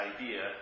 idea